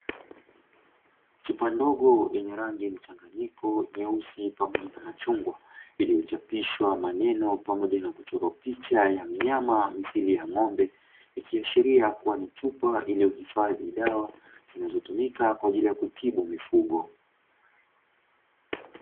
Chupa ndogo yenye rangi mchanganyiko nyeusi pamoja na machungwa, iliyochapishwa maneno pamoja na kuchorwa picha ya mnyama mithili ya ng'ombe, ikiashiria kuwa ni chupa iliyohifadhi dawa zinazotumika kwa ajili ya kutibu mifugo.